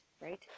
right